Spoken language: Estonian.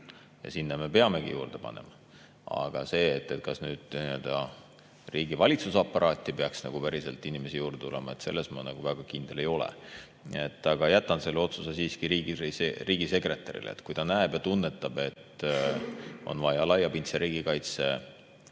Ja sinna me peamegi juurde panema. Aga kas riigi valitsusaparaati peaks päriselt inimesi juurde tulema, selles ma väga kindel ei ole. Ent jätan selle otsuse siiski riigisekretärile. Kui ta näeb ja tunnetab, et on vaja laiapindse riigikaitse